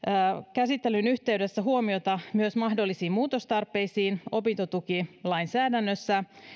käsittelyn yhteydessä huomiota myös mahdollisiin muutostarpeisiin opintotukilainsäädännössä